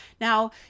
Now